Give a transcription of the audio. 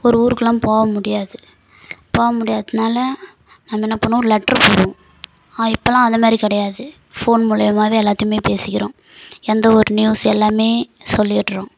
ஒரு ஊருக்கெலாம் போக முடியாது போக முடியாததுனால நம்ம என்ன பண்ணுவோம் லெட்டரு போடுவோம் இப்போல்லாம் அந்த மாதிரி கிடையாது ஃபோன் மூலயமாவே எல்லாத்தையும் பேசிக்கிறோம் எந்தவொரு நியூஸ் எல்லாமே சொல்லிவிடுறோம்